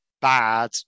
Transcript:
bad